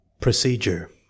Procedure